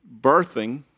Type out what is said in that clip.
birthing